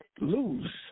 lose